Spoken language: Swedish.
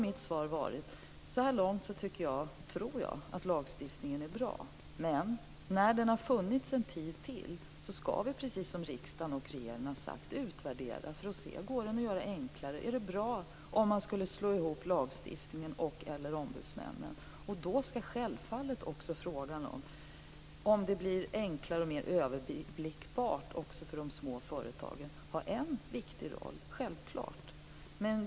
Mitt svar är att så här långt tror jag att lagstiftningen är bra, men när den har funnits ytterligare en tid ska vi, precis som riksdagen och regeringen har sagt, utvärdera den för att se om det går att göra förenklingar och om det vore bra att slå ihop lagstiftningen eller ombudsmännen. Då ska självfallet också frågan om det blir enklare och mer överblickbart också för de små företagen spela en viktig roll, självklart.